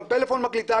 גם פלאפון מקליטה,